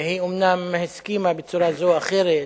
היא אומנם הסכימה בצורה זו או אחרת,